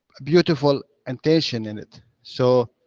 beautiful intention in it. so,